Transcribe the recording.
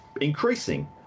increasing